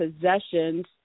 possessions